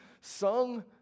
sung